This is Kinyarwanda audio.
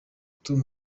gutuma